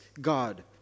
God